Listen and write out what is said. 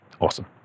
Awesome